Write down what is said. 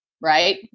right